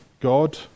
God